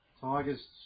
tigers